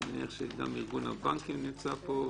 אני מניח שגם ארגון הבנקים נמצא פה ואחרים.